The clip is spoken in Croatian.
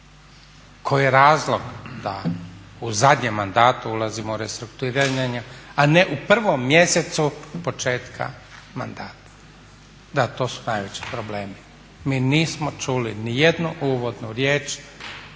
Koji je razlog da u zadnjem mandatu ulazimo u restrukturiranje, a ne u prvom mjesecu početka mandata. Da to su najveći problemi. Mi nismo čuli ni jednu uvodnu riječ